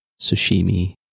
sashimi